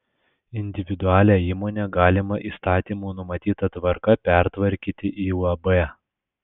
individualią įmonę galima įstatymų numatyta tvarka pertvarkyti į uab